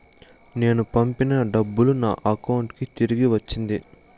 నేను పంపిన డబ్బులు నా అకౌంటు కి తిరిగి వచ్చింది